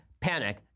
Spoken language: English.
panic